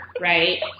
right